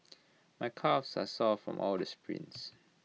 my calves are sore from all the sprints